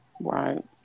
Right